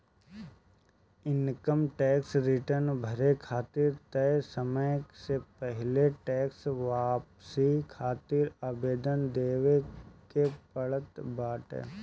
income tax return भरे खातिर तय समय से पहिले टेक्स वापसी खातिर आवेदन देवे के पड़त बाटे